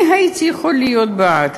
אני הייתי יכולה להיות בעד